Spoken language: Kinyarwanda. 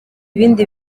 ibindi